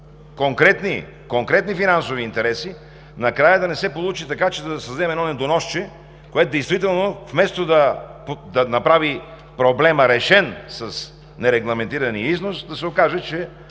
конкретни финансови интереси, накрая да не се получи така, че да създадем едно недоносче, което вместо да направи проблема с нерегламентирания износ решен, да се окаже, че